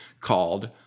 called